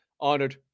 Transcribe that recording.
honored